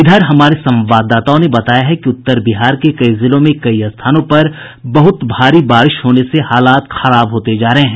इधर हमारे संवाददाताओं ने बताया है कि उत्तर बिहार के कई जिलों में कई स्थानों पर बहुत भारी बारिश होने से हालात खराब होते जा रहे हैं